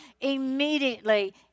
immediately